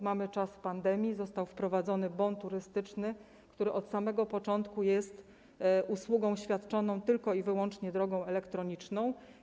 Mamy czas pandemii, został wprowadzony bon turystyczny, który od samego początku jest usługą świadczoną tylko i wyłącznie drogą elektroniczną.